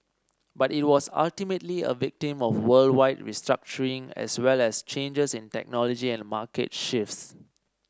but it was ultimately a victim of worldwide restructuring as well as changes in technology and market shifts